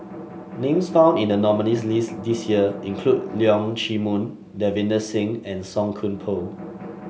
names found in the nominees' list this year include Leong Chee Mun Davinder Singh and Song Koon Poh